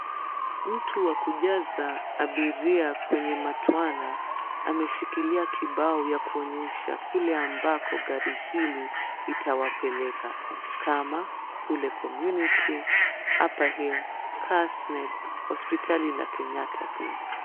Mtu wa kujaza abiria kwenye matwana ameshikilia kibao ya kuonyesha kule ambako gari hili litawapeleka kama, kule community , upperhill , KASNEB, hospitali la Kenyatta pia.